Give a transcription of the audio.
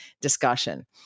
discussion